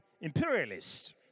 imperialists